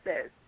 says